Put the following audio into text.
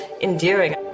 endearing